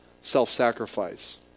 self-sacrifice